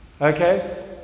Okay